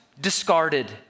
discarded